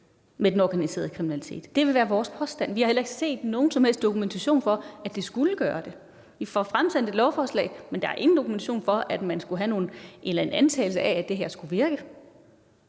med den organiserede kriminalitet. Det vil være vores påstand. Vi har heller ikke set nogen som helst dokumentation for, at det skulle gøre det. Vi får fremsendt et lovforslag, men der er ingen dokumentation for, at man skulle have en eller anden antagelse af, at det her skulle virke.